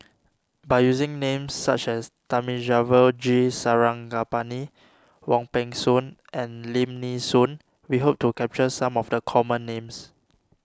by using names such as Thamizhavel G Sarangapani Wong Peng Soon and Lim Nee Soon we hope to capture some of the common names